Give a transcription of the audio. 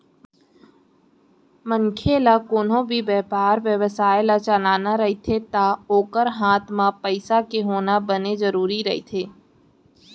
मनखे ल कोनो भी बेपार बेवसाय ल चलाना रहिथे ता ओखर हात म पइसा के होना बने जरुरी रहिथे